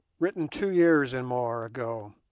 written two years and more ago.